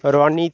Ronit